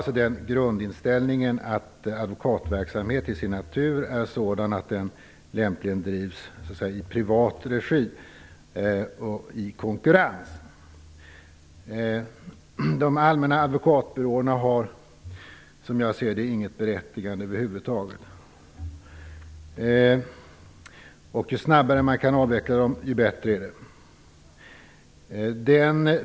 Min grundinställning är att advokatverksamhet till sin natur är sådan att den lämpligen drivs i privat regi och i konkurrens. De allmänna advokatbyråerna har, som jag ser det, inget berättigande över huvud taget. Ju snabbare de kan avvecklas, desto bättre är det.